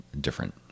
different